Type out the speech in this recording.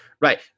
right